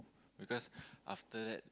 because after that